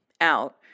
out